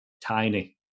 Tiny